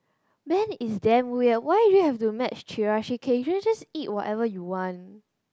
Ben is damn weird why do you have to match Chirashi cake you can just eat whatever you want